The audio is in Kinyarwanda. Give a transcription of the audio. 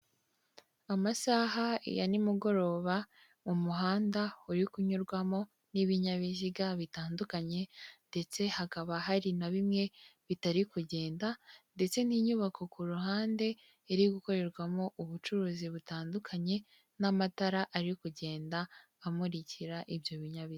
Amasaha ya ni mugoroba mu muhanda uri kunyurwamo n'ibinyabiziga bitandukanye ndetse hakaba hari na bimwe bitari kugenda ndetse n'inyubako ku ruhande iri gukorerwamo ubucuruzi butandukanye n'amatara ari kugenda amurikira ibyo binyabiziga.